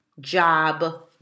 job